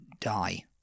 die